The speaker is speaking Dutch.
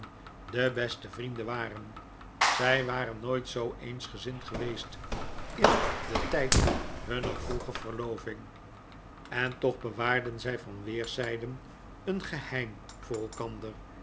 de bestevrienden waren zij waren nooit zoo eensgezind geweest in den tijd hunner vroege verloving en toch bewaarden zij van weerszijden een geheim voor elkander